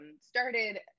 started